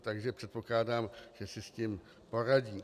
Takže předpokládám, že si s tím poradí.